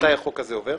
מתי החוק הזה עובר,